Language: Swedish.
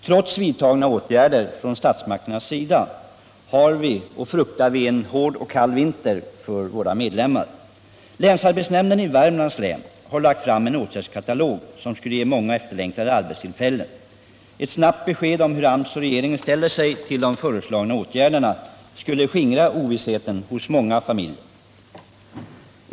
Trots vidtagna åtgärder fruktar vi en hård och kall vinter för våra medlemmar. Länsarbetsnämnden i Värmlands län har lagt fram en åtgärdskatalog som skulle ge många efterlängtade arbetstillfällen. Ett snabbt besked om hur AMS och regeringen ställer sig till de föreslagna åtgärderna skulle skingra ovissheten hos många familjer.